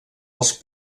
els